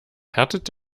härtet